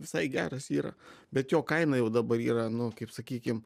visai geras yra bet jo kaina jau dabar yra nu kaip sakykim